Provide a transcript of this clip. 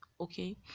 Okay